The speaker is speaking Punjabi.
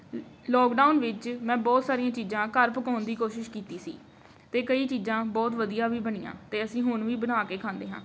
ਲੋਕਡਾਊਨ ਵਿੱਚ ਮੈਂ ਬਹੁਤ ਸਾਰੀਆਂ ਚੀਜ਼ਾਂ ਘਰ ਪਕਾਉਣ ਦੀ ਕੋਸ਼ਿਸ਼ ਕੀਤੀ ਸੀ ਅਤੇ ਕਈ ਚੀਜ਼ਾਂ ਬਹੁਤ ਵਧੀਆ ਵੀ ਬਣੀਆਂ ਅਤੇ ਅਸੀਂ ਹੁਣ ਵੀ ਬਣਾ ਕੇ ਖਾਂਦੇ ਹਾਂ